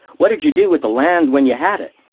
what did you do with the land when you had it?